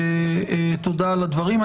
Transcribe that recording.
תודה על הדברים.